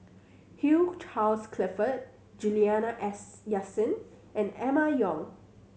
Hugh Charles Clifford Juliana as Yasin and Emma Yong